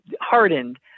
hardened